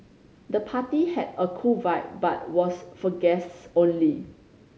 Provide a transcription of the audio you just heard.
the party had a cool vibe but was for guests only